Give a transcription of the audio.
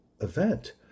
event